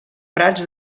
prats